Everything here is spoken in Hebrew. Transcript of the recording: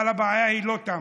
אבל הבעיה היא לא טמרה.